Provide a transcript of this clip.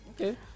Okay